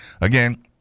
Again